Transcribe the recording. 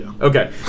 Okay